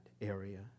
area